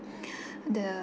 the